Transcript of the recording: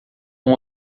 com